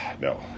no